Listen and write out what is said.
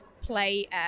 play